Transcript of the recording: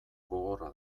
gogorra